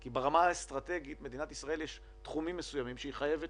כי ברמה האסטרטגית למדינת ישראל יש תחומים מסוימים שהיא חייבת